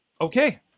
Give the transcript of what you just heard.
Okay